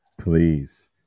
please